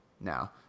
now